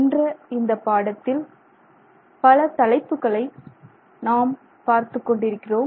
என்ற இந்த பாடத்தில் பல தலைப்புகளை நாம் பார்த்துக் கொண்டிருக்கிறோம்